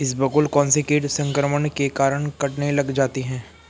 इसबगोल कौनसे कीट संक्रमण के कारण कटने लग जाती है?